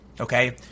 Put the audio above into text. Okay